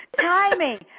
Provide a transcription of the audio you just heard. timing